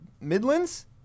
Midlands